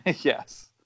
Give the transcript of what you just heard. Yes